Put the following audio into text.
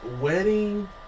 Wedding